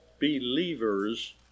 believers